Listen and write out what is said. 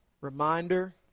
reminder